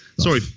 Sorry